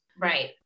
Right